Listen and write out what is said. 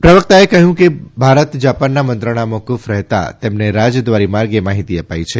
પ્રવક્તાએ કહ્યું કે ભારત જાપાન મંત્રણા મોક્ફ રહેતાં તેમને રાજદ્વારી માર્ગે માહિતી અપાઇ છે